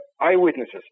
eyewitnesses